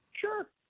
sure